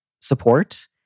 support